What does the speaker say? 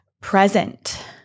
present